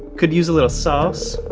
could use a little sauce,